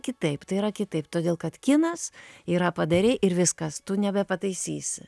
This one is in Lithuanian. kitaip tai yra kitaip todėl kad kinas yra padarei ir viskas tu nebepataisysi